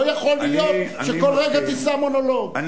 לא יכול להיות שכל רגע תישא מונולוג דרך אגב.